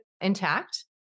intact